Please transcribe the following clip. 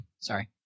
Sorry